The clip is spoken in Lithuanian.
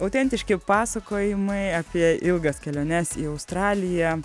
autentiški pasakojimai apie ilgas keliones į australiją